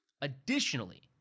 Additionally